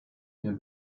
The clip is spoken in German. der